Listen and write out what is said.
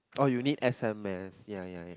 oh you need S_M_S ya ya ya